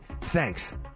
Thanks